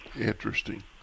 Interesting